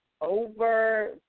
over